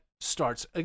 starts